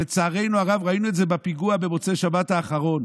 ולצערנו הרב ראינו את זה בפיגוע במוצאי שבת האחרון,